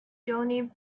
johnny